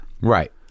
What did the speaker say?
Right